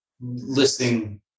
listing